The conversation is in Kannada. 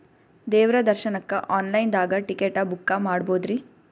ದೇವ್ರ ದರ್ಶನಕ್ಕ ಆನ್ ಲೈನ್ ದಾಗ ಟಿಕೆಟ ಬುಕ್ಕ ಮಾಡ್ಬೊದ್ರಿ?